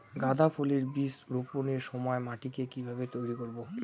গাদা ফুলের বীজ বপনের সময় মাটিকে কিভাবে তৈরি করব?